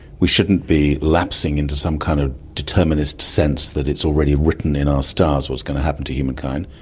we shouldn't be lapsing into some kind of determinist sense that it's already written in our stars what's going to happen to humankind,